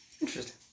Interesting